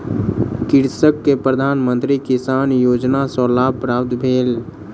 कृषक के प्रधान मंत्री किसान योजना सॅ लाभ प्राप्त भेल